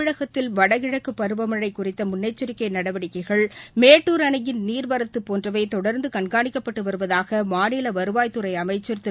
தமிழகத்தில் வடகிழக்குப் பருவமழை குறித்த முன்னெச்சரிக்கை நடவடிக்கைகள் மேட்டூர் அணையின் நீர்வரத்து போன்றவை தொடர்ந்து கண்காணிக்கப்பட்டு வருவதாக மாநில வருவாய்த்துறை அமைச்சள் திரு